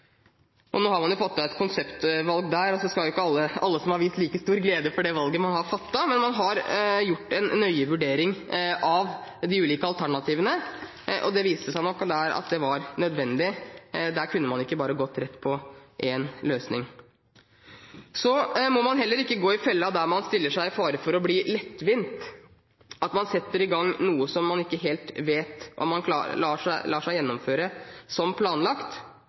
Nå har man fattet et konseptvalg der, og alle har ikke vist like stor glede over det valget man har tatt, men man har gjort en nøye vurdering av de ulike alternativene, og det viser seg at det var nok nødvendig. Der kunne man ikke bare gått rett på en løsning. Man må heller ikke gå i fella der man stiller seg i fare for å bli lettvint, at man setter i gang noe som man ikke helt vet om lar seg gjennomføre som planlagt. Derfor er man nødt til å skynde seg – om ikke skynde seg